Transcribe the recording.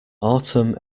autumn